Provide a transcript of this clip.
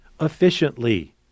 efficiently